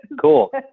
Cool